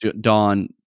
don